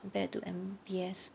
compared to M_B_S